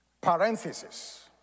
parenthesis